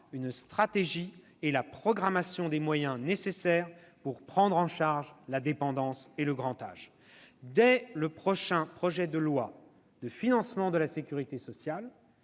une stratégie et la programmation des moyens nécessaires pour prendre en charge la dépendance. Dès le prochain projet de loi de financement de la sécurité sociale,